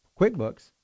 QuickBooks